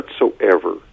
whatsoever